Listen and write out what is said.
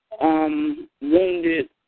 wounded